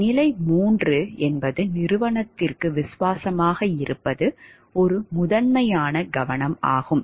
stage 3 என்பது நிறுவனத்திற்கு விசுவாசமாக இருப்பது ஒரு முதன்மையான கவனம் ஆகும்